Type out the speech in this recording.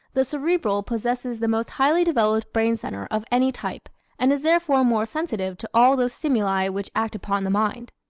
the cerebral possesses the most highly developed brain center of any type and is therefore more sensitive to all those stimuli which act upon the mind.